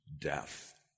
death